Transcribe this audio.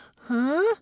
Huh